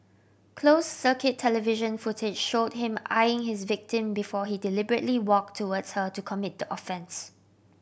closed circuit television footage showed him eyeing his victim before he deliberately walked towards her to commit the offence